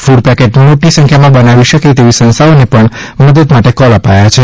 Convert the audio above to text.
food packet મોટી સંખ્યામાં બનાવી શકે તેવી સંસ્થાઓને પણ મદદ માટે કોલ અપાયો છે